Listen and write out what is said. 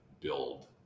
build